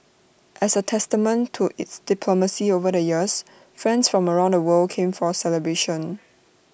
as A testament to its diplomacy over the years friends from around the world came for celebrations